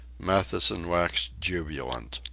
matthewson waxed jubilant.